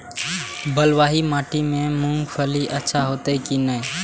बलवाही माटी में मूंगफली अच्छा होते की ने?